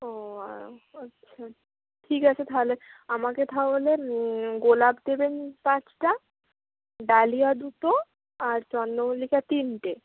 ও আচ্ছা ঠিক আছে তাহলে আমাকে তাহলে গোলাপ দেবেন পাঁচটা ডালিয়া দুটো আর চন্দ্রমল্লিকা তিনটে